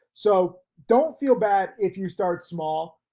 so don't feel bad if you start small,